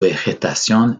vegetación